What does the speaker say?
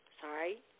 Sorry